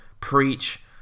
Preach